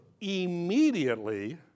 immediately